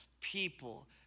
people